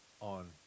on